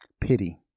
pity